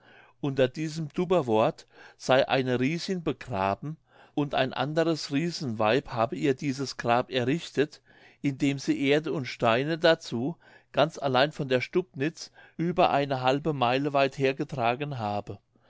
unter diesem dubberworth sey eine riesin begraben und ein anderes riesenweib habe ihr dieses grab errichtet indem sie erde und steine dazu ganz allein von der stubnitz über eine halbe meile weit hergetragen habe